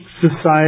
society